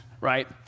right